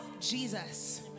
Jesus